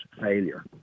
failure